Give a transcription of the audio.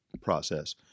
process